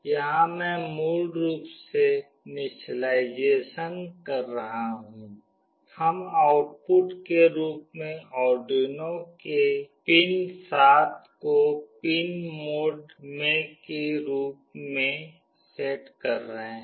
यहाँ मैं मूल रूप से इनिशियलाइज़ेशन कर रही हूँ हम आउटपुट के रूप में आर्डुइनो के पिन 7 को पिन मोड में के रूप में सेट कर रहे हैं